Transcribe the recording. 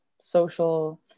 social